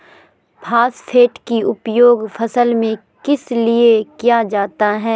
Phosphate की उपयोग फसल में किस लिए किया जाता है?